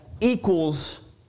equals